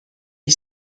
les